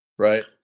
Right